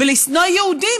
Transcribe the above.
ולשנוא יהודים.